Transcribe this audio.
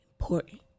important